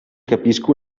capisco